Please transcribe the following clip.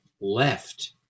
left